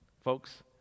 Folks